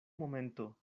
momento